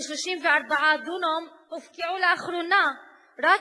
ש-34 דונם הופקעו לאחרונה רק